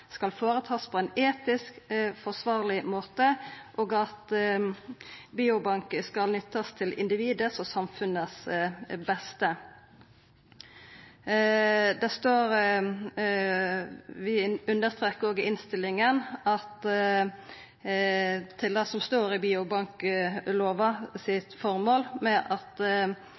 skal skje på ein etisk forsvarleg måte, og at biobankar skal nyttast til individets og samfunnets beste. Vi understrekar òg i innstillinga, til det som står om formålet til biobanklova, at innsamling skal skje i samsvar med